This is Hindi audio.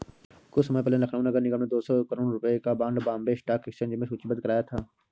कुछ समय पहले लखनऊ नगर निगम ने दो सौ करोड़ रुपयों का बॉन्ड बॉम्बे स्टॉक एक्सचेंज में सूचीबद्ध कराया था